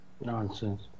nonsense